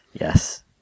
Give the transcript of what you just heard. yes